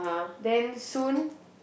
then soon